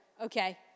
Okay